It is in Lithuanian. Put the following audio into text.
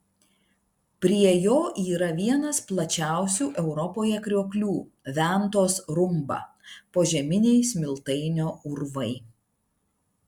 prie jo yra vienas plačiausių europoje krioklių ventos rumba požeminiai smiltainio urvai